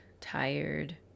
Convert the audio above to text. tired